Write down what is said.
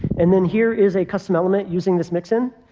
and then here is a custom element using this mix-in.